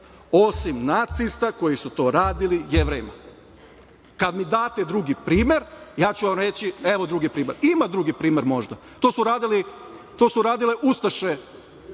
osim nacista koji su to radili jevrejima. Kada mi date drugi primer, ja ću vam reći evo drugi primer, ima drugi primer, to su možda radile ustaše